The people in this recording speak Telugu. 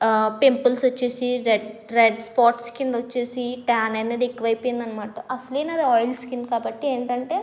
పింపుల్స్ వచ్చేసి రెడ్ రెడ్ స్పాట్స్ కింద వచ్చేసి ట్యాన్ అనేది ఎక్కువై పోయింది అన్నమాట అస్సలే నాది ఆయిల్ స్కిన్ కాబట్టి ఏంటంటే